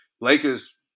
Lakers